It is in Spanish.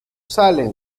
salem